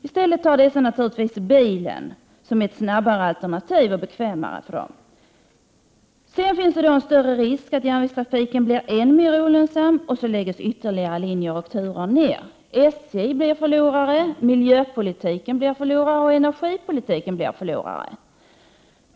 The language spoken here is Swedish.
I stället tar dessa naturligtvis bilen till arbetet det är ett snabbare och bekvämare alternativ för dem. Det finns större risk att järnvägstrafiken blir än mer olönsam. Då lägges ytterligare linjer och turer ned. SJ blir förlorare, miljöpolitiken blir förlorare och energipolitiken blir förlorare.